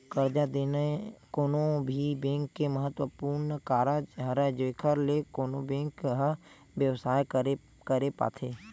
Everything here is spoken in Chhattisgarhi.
करजा देना कोनो भी बेंक के महत्वपूर्न कारज हरय जेखर ले कोनो बेंक ह बेवसाय करे पाथे